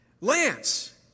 Lance